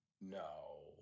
No